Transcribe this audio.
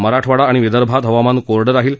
मराठवाडा आणि विदर्भात हवामान कोरडं राहील